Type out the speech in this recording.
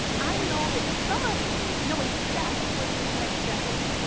i know that some of you know exactly what your next step is.